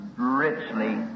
richly